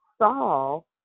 Saul